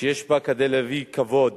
שיש בה כדי להביא כבוד